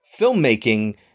filmmaking